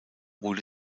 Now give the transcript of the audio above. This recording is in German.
wurde